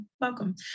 welcome